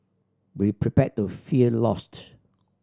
be prepared to feel lost